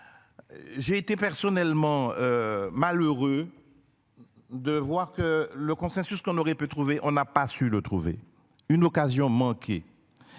J'ai été personnellement. Malheureux. De voir que le consensus qu'on aurait pu trouver, on n'a pas su le trouver une occasion manquée.